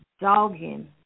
dogging